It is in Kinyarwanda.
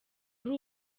ari